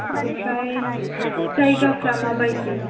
ओमफ्राय जायगाफ्रा माबायदि